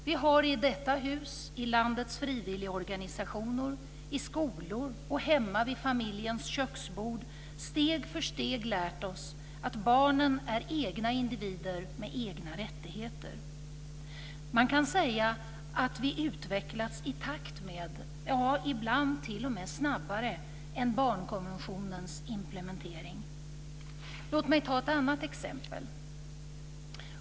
Vi har i detta hus, i landets frivilligorganisationer, i skolor och hemma vid familjens köksbord steg för steg lärt oss att barnen är egna individer med egna rättigheter. Man kan säga att vi utvecklats i takt med, ja ibland t.o.m. snabbare än, barnkonventionens implementering. Låt mig ta ett annat exempel.